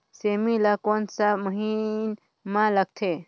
सेमी ला कोन सा महीन मां लगथे?